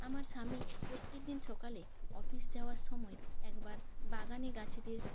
আমার স্বামী প্রত্যেক দিন সকালে অফিস যাওয়ার সময় একবার বাগানে গাছেদের